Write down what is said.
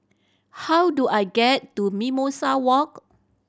how do I get to Mimosa Walk